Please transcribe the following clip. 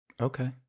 okay